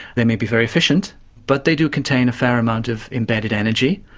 they may be very efficient but they do contain a fair amount of embedded energy.